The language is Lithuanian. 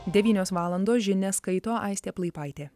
devynios valandos žinias skaito aistė plaipaitė